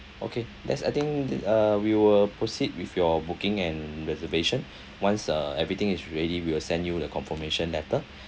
okay that's I think the uh we will proceed with your booking and reservation once uh everything is ready we will send you the confirmation letter